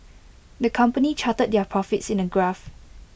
the company charted their profits in A graph